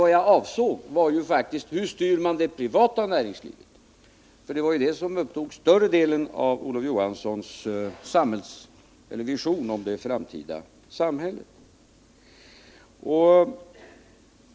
Vad jag ville veta var faktiskt hur man styr det privata näringslivet. Det upptog ju större delen av Olof Johanssons vision om det framtida samhället.